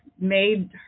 made